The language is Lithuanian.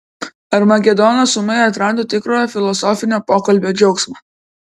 armagedonas ūmai atrado tikrojo filosofinio pokalbio džiaugsmą